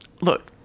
Look